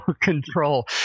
control